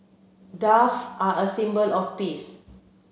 dove are a symbol of peace